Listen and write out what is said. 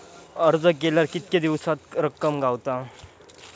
अर्ज केल्यार कीतके दिवसात रक्कम गावता?